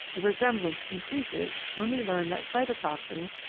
the resemblance increases when we learn that cytotoxins,